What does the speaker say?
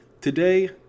Today